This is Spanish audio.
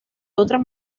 otras